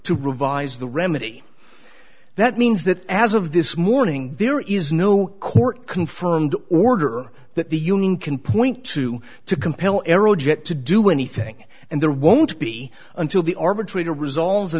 to revise the remedy that means that as of this morning there is no court confirmed order that the union can point to to compel aerojet to do anything and there won't be until the arbitrator resolve